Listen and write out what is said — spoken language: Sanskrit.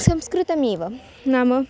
संस्कृतमेव नाम